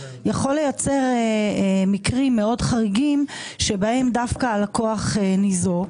יכול לייצר מקרים מאוד חריגים שבהם דווקא הלקוח ניזוק.